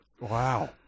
Wow